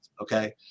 okay